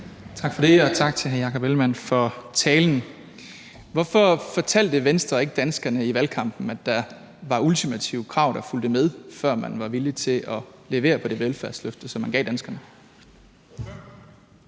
Tak for det, og tak til hr. Jakob Ellemann-Jensen for talen. Hvorfor fortalte Venstre ikke danskerne i valgkampen, at der var ultimative krav, der fulgte med, før man var villig til at levere på det velfærdsløfte, som man gav danskerne?